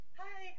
hi